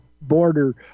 border